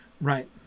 Right